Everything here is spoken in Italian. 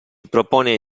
propone